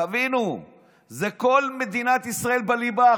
תבינו שזה כל מדינת ישראל בליבה,